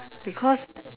because